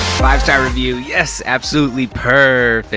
five star review, yes! absolutely purrrrfect!